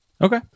Okay